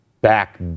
back